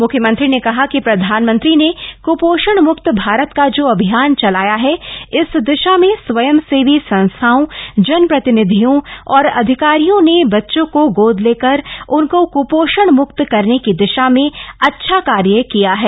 म्ख्यमंत्री ने कहा कि प्रधानमंत्री ने क्पोषण म्क्त भारत का जो अभियान चलाया है इस दिशा में स्वयंसेवी संस्थाओं जनप्रतिनिधियों और अधिकारियों ने बच्चों को गोद लेकर उनको कुपोषण मुक्त करने की दिशा में अच्छा कार्य किया है